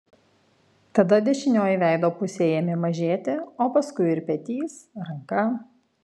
tada dešinioji veido pusė ėmė mažėti o paskui ir petys ranka